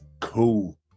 cool